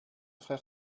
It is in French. frère